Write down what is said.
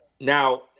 now